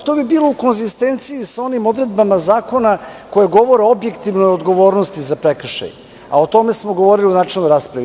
To bi bilo u konzistenciji sa onim odredbama zakona koje govore o objektivnoj odgovornosti za prekršaj, a o tome smo govorili u načelnoj raspravi.